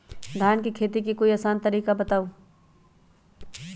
धान के खेती के कोई आसान तरिका बताउ?